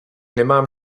nemám